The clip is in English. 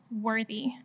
worthy